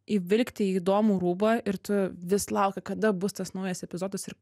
įvilkti į įdomų rūbą ir tu vis lauki kada bus tas naujas epizodas ir